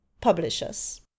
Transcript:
Publishers